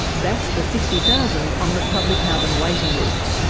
that's the sixty thousand on the public housing waiting list.